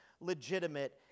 legitimate